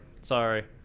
sorry